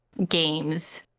games